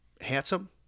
handsome